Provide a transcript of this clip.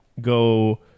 go